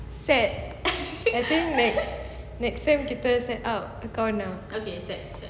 sad I think next next sem kita set out account ah